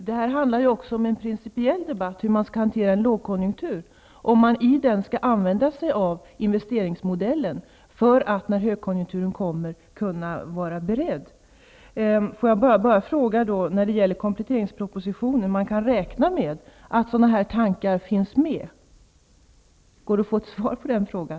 Herr talman! Det här gäller också en principiell debatt om hur man skall hantera en lågkonjunktur. Skall man t.ex. använda sig av investeringsmodellen för att när högkonjunkturen kommer kunna vara beredd? När det gäller kompletteringspropositionen vill jag fråga om man kan räkna med att sådana här tankar finns med. Går det att få ett svar på den frågan?